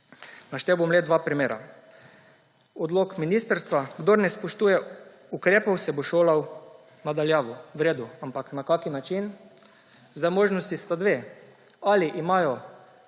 Naštel bom le dva primera. Odlok ministrstva: kdor ne spoštuje ukrepov, se bo šolal na daljavo. V redu, ampak na kakšen način? Možnosti sta dve. Ali imajo